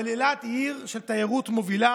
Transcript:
אבל אילת היא עיר של תיירות מובילה